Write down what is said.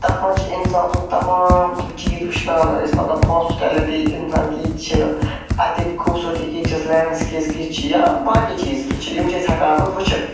تَتھ منٛز چھُ اِنسان سُنٛد تمام تِم چیٖز وُچھنان أسۍ مطلب ہاسپِلیلٹی یِم زَن کِتھۍ چھِ اَتِکۍ خوٗبصوٗرتی کِتھی چھِس لینٛڈسِکیپٕس کِتھی چھِ یا باقٕے چیٖز کِتھی چھِ یِم چھِ أسۍ ہٮ۪کان اتھ منٛز وُچھِتھ